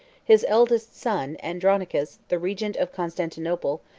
his eldest son, andronicus, the regent of constantinople,